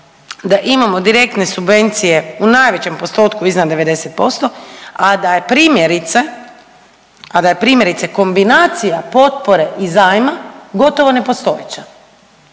da imamo direktne subvencije u najvećem postotku iznad 90%, a da je primjerice, a da je primjerice, kombinacija potpore i zajma gotovo nepostojeća.